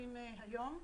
המכרזים היום.